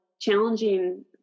challenging